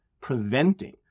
preventing